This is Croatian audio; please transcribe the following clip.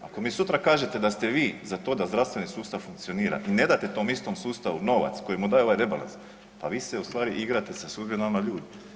Ako mi sutra kažete da ste vi za to da zdravstveni sustav funkcionira i ne date tom istom sustavu novac koji mu daje ovaj rebalans, pa vi se ustvari igrate sa sudbinama ljudi.